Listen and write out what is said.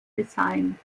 design